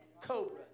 cobra